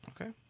Okay